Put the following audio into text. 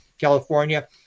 California